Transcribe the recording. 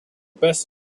best